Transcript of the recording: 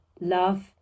love